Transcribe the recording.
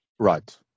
Right